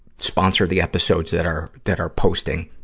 sponsor the episodes that are, that are posting,